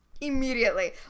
Immediately